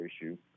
issue